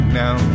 now